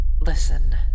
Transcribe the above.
Listen